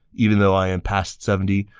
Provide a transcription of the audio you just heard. even though i am past seventy,